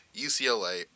UCLA